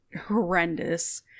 horrendous